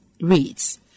reads